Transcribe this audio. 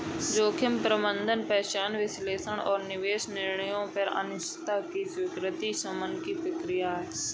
जोखिम प्रबंधन पहचान विश्लेषण और निवेश निर्णयों में अनिश्चितता की स्वीकृति या शमन की प्रक्रिया है